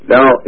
Now